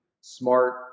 smart